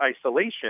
isolation